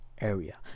area